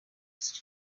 used